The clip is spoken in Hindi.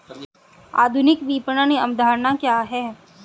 आधुनिक विपणन अवधारणा क्या है?